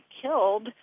killed